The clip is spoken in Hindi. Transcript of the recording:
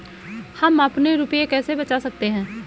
हम अपने रुपये कैसे बचा सकते हैं?